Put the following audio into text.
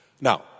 Now